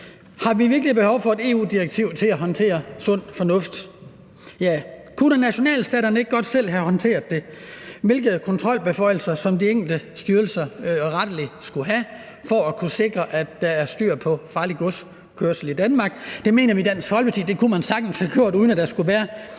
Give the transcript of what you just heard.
Har vi virkelig behov for et EU-direktiv til at håndtere sund fornuft? Kunne nationalstaterne ikke godt selv have håndteret, hvilke kontrolbeføjelser de enkelte styrelser rettelig skulle have for at kunne sikre, at der er styr på kørsel med farligt gods i Danmark? Det mener vi i Dansk Folkeparti at man sagtens kunne have gjort, uden at der skulle et